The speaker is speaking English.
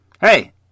Hey